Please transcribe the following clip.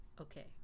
Okay